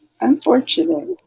Unfortunate